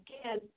again